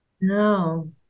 No